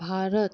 Bharat